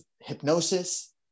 hypnosis